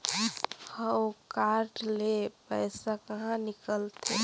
हव कारड ले पइसा कहा निकलथे?